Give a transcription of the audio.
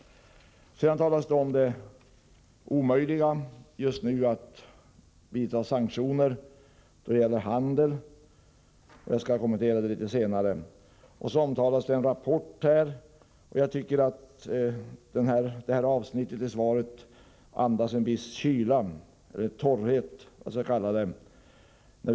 Sedan talas det om det omöjliga i att just nu vidta sanktioner i vad gäller handeln. Jag skall kommentera detta litet senare. Vidare omtalas en rapport. Jag tycker att det avsnittet i svaret andas en viss kyla eller torrhet.